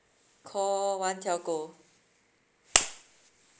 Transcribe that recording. call one telco